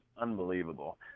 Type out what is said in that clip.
unbelievable